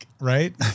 right